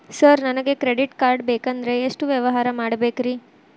Sir ನನಗೆ credit card ಬೇಕಂದ್ರೆ ಎಷ್ಟು ವ್ಯವಹಾರ ಮಾಡಬೇಕ್ರಿ?